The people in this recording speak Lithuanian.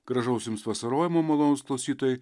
gražaus jums vasarojimo malonūs klausytojai